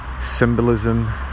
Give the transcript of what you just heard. symbolism